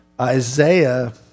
Isaiah